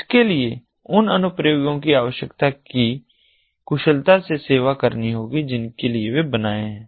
इसके लिए उन अनुप्रयोगों की आवश्यकताओं की कुशलता से सेवा करनी होगी जिनके लिए वे बनाए हैं